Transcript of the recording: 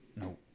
No